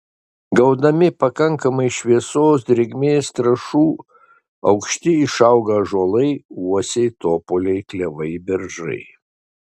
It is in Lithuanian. gaudami pakankamai šviesos drėgmės trąšų aukšti išauga ąžuolai uosiai topoliai klevai beržai